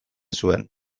zuen